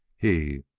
he,